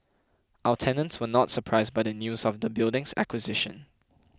our tenants were not surprised by the news of the building's acquisition